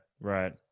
Right